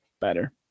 better